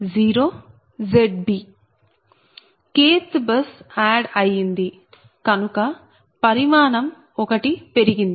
kth bus add అయింది కనుక పరిమాణం ఒకటి పెరిగింది